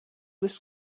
this